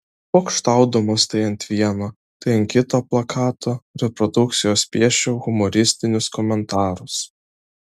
pokštaudamas tai ant vieno tai ant kito plakato reprodukcijos piešiau humoristinius komentarus